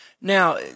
Now